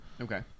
Okay